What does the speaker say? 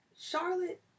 Charlotte